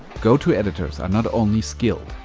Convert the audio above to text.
go-to editors are not only skilled,